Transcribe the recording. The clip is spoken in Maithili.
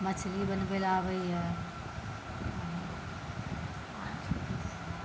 मछली बनबै ला आबैए